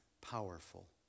powerful